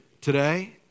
Today